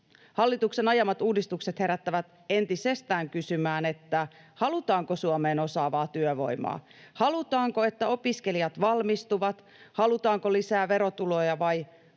Hallituksen ajamat uudistukset herättävät entisestään kysymään, että halutaanko Suomeen osaavaa työvoimaa, halutaanko, että opiskelijat valmistuvat, halutaanko lisää verotuloja, vai